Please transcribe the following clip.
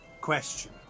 Question